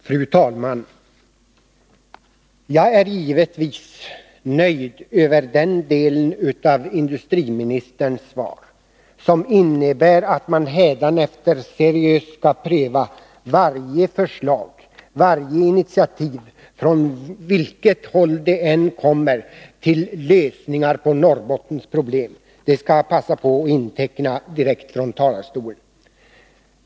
Fru talman! Jag är givetvis nöjd med den del av industriministerns svar som innebär att regeringen hädanefter seriöst skall pröva varje förslag och varje initiativ, från vilket håll det än kommer, till lösningar på Norrbottens problem. Det skall jag passa på att inteckna direkt från talarstolen.